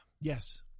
Yes